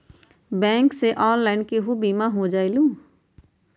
Bank से online केहु बिमा हो जाईलु?